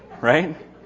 right